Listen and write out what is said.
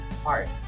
Hard